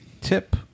tip